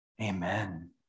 Amen